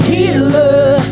Healer